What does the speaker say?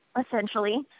essentially